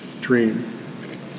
dream